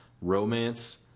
romance